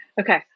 Okay